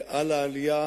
על העלייה